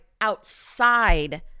outside